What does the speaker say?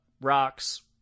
rocks